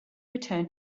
return